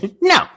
No